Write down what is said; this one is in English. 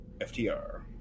FTR